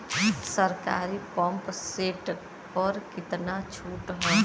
सरकारी pump set प कितना छूट हैं?